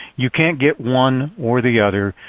you can't get one or the other.